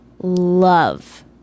Love